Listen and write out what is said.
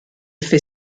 fait